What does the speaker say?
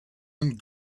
and